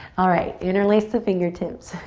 alright, interlace the fingertips,